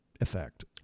effect